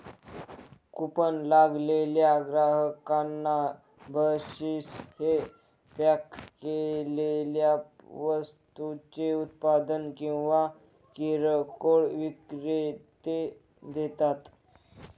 coupon लागलेल्या ग्राहकांना बक्षीस हे पॅक केलेल्या वस्तूंचे उत्पादक किंवा किरकोळ विक्रेते देतात